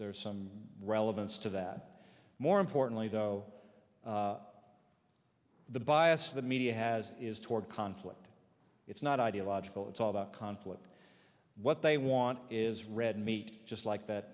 there's some relevance to that more importantly though the bias the media has is toward conflict it's not ideological it's all the conflict what they want is red meat just like that